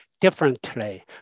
differently